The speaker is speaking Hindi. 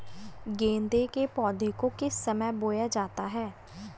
गेंदे के पौधे को किस समय बोया जाता है?